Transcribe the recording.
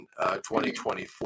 2024